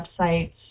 websites